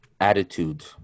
attitude